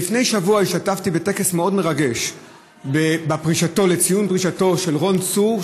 לפני שבוע השתתפתי בטקס מאוד מרגש לציון פרישתו של רון צור,